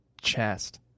chest